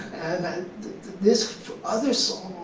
and then this, for other so